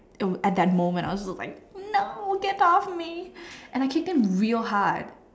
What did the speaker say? at that moment I was just like no get off me and I kicked him real hard